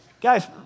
Guys